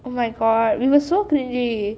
oh my god we were so cringy